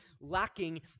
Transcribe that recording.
lacking